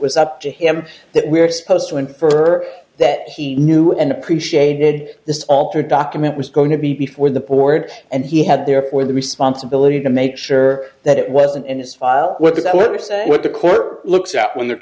was up to him that we're supposed to infer that he knew and appreciated this altered document was going to be before the board and he had therefore the responsibility to make sure that it wasn't in his file what that works and what the court looks at when they're